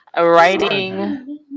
Writing